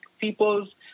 peoples